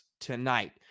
tonight